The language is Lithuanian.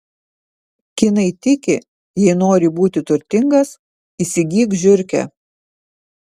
kinai tiki jei nori būti turtingas įsigyk žiurkę